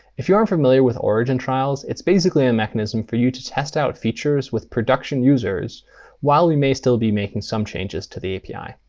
if you aren't familiar with origin trials, it's basically a mechanism for you to test out features with production users while we may still be making some changes to the api.